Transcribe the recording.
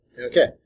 Okay